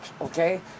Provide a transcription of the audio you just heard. okay